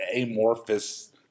amorphous